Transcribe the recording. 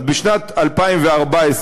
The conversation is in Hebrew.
אז בשנת 2014,